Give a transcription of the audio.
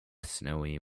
snowy